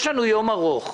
יש לנו יום ארוך,